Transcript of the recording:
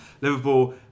Liverpool